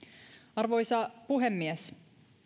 arvoisa puhemies